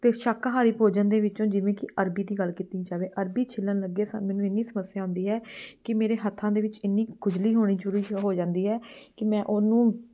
ਅਤੇ ਸ਼ਾਕਾਹਾਰੀ ਭੋਜਨ ਦੇ ਵਿੱਚੋਂ ਜਿਵੇਂ ਕਿ ਅਰਬੀ ਦੀ ਗੱਲ ਕੀਤੀ ਜਾਵੇ ਅਰਬੀ ਛਿੱਲਣ ਲੱਗੇ ਸਾ ਮੈਨੂੰ ਇੰਨੀ ਸਮੱਸਿਆ ਆਉਂਦੀ ਹੈ ਕਿ ਮੇਰੇ ਹੱਥਾਂ ਦੇ ਵਿੱਚ ਇੰਨੀ ਖੁਜਲੀ ਹੋਣੀ ਸ਼ੁਰੂ ਹੋ ਜਾਂਦੀ ਹੈ ਕਿ ਮੈਂ ਉਹਨੂੰ